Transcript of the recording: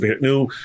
new